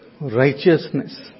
Righteousness